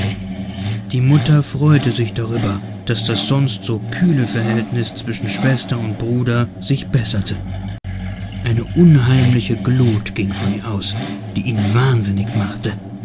die mutter freute sich darüber daß das sonst so kühle verhältnis zwischen schwester und bruder sich besserte eine unheimliche glut ging von ihr aus die ihn wahnsinnig machte